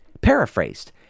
paraphrased